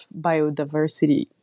biodiversity